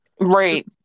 Right